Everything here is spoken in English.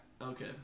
Okay